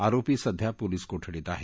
आरोपी सध्या पोलीस कोठडीत आहे